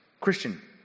Christian